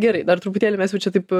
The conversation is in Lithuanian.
gerai dar truputėlį mes jau čia taip